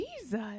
Jesus